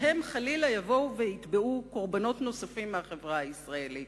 שהם חלילה יבואו ויתבעו קורבנות נוספים מהחברה הישראלית.